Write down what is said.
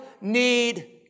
need